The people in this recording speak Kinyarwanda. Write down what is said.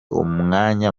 umwanya